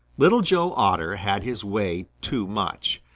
little joe otter had his way too much.